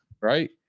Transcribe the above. Right